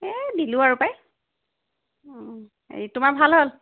এই দিলোঁ আৰু পাই তোমাৰ ভাল হ'ল